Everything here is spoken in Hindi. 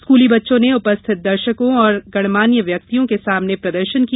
स्कूली बच्चों ने उपस्थित दर्शकों और गणमान्य व्यक्तियों के सामने प्रदर्शन किया